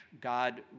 God